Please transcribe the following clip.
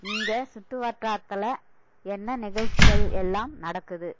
இங்கே சுற்றுவட்டாரத்தில் என்ன நிகழ்ச்சிகள் எல்லாம் நடக்குது